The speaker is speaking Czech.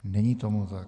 Není tomu tak.